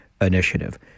Initiative